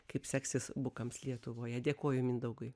kaip seksis bukams lietuvoje dėkoju mindaugui